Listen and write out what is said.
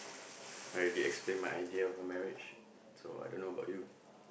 I already explain my idea about marriage so I don't know about you